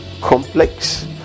complex